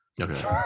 Okay